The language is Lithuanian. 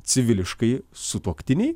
civiliškai sutuoktiniai